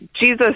Jesus